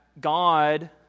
God